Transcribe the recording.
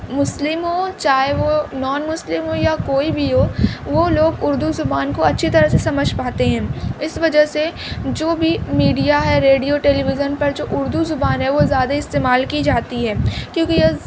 مسلم ہوں چاہے وہ نان مسلم ہوں یا کوئی بھی ہو وہ لوگ اردو زبان کو اچھی طرح سے سمجھ پاتے ہیں اس وجہ سے جو بھی میڈیا ہے ریڈیو ٹیلیویژن پر جو اردو زبان ہے وہ زیادہ استعمال کی جاتی ہے کیونکہ یہ